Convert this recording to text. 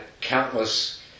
countless